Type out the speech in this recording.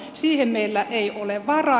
siihen meillä ei ole varaa